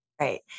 Right